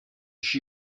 she